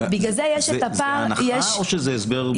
זאת הנחה או זה הסבר שנבדק?